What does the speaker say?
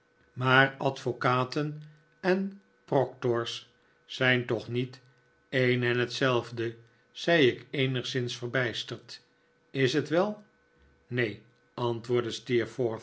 maar advocaten en proctors zijn toch niet een en hetzelfde zei ik eenigszins verbijsterd is het wel neen antwoordde